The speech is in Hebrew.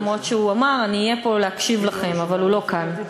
אף שהוא אמר: אני אהיה פה להקשיב לכם, הוא לא כאן.